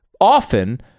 often